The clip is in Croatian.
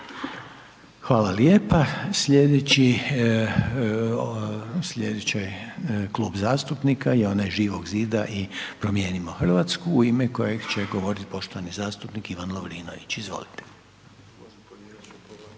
Hvala lijepa. Slijedeći, slijedeći je Klub zastupnika je onaj Živog zida i Promijenimo Hrvatsku u ime kojeg će govoriti poštovani zastupnik Ivan Lovrinović. Izvolite.